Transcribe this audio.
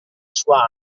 sua